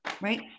Right